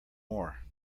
more